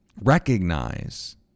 recognize